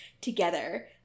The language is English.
together